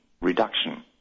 reduction